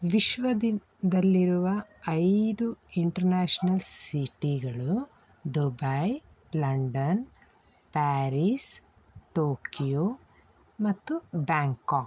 ವಿಶ್ವದಲ್ಲಿರುವ ಐದು ಇಂಟರ್ನ್ಯಾಷನಲ್ ಸಿಟಿಗಳು Dubai London Paris Tokyo ಮತ್ತು ಬ್ಯಾಂಕಾಕ್